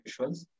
visuals